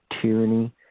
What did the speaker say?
Tyranny